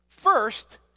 First